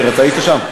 מאיר, אתה היית שם?